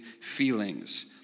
feelings